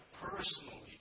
personally